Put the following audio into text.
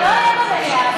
זה לא יהיה במליאה.